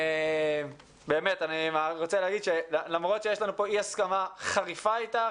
אני רוצה להגיד שלמרות שיש לנו אי-הסכמה חריפה איתך